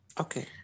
okay